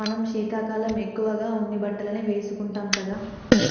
మనం శీతాకాలం ఎక్కువగా ఉన్ని బట్టలనే వేసుకుంటాం కదా